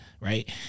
Right